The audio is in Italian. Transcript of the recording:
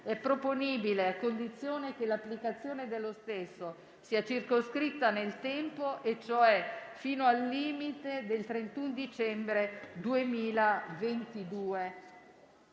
è proponibile a condizione che l'applicazione dello stesso sia circoscritta nel tempo e cioè fino al limite del 31 dicembre 2022.